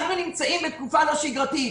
אנחנו נמצאים בתקופה לא שגרתית.